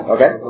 Okay